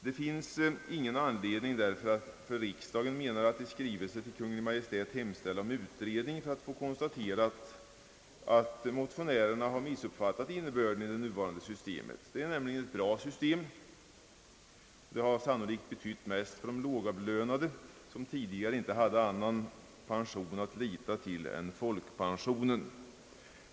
Det finns därför ingen anledning för riksdagen att i skrivelse till Kungl. Maj:t hemställa om utredning för att få konstaterat att motionärerna har missuppfattat innebörden i det nuvarande systemet. Det har sannolikt betytt mest för de lågavlönade, som tidigare inte haft annan pension att lita till än folkpensionen.